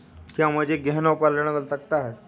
क्या मुझे गहनों पर ऋण मिल सकता है?